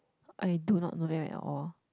I do not know them at all